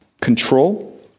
Control